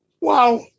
Wow